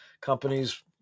companies